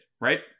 right